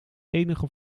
enige